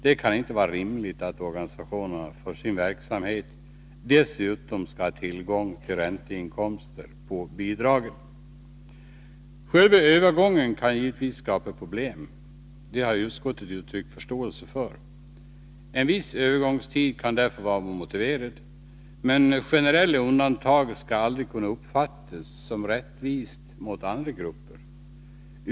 Det kan inte vara rimligt att organisationerna för sin verksamhet dessutom skall ha tillgång till ränteinkomster på bidragen. Själva övergången kan givetvis skapa problem. Det har utskottet uttryckt förståelse för. En viss övergångstid kan därför vara motiverad. Men generella undantag skall aldrig kunna uppfattas som något som är rättvist gentemot andra grupper.